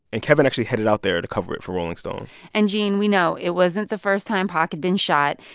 and kevin actually headed out there to cover it for rolling stone and gene, we know it wasn't the first time pac had been shot.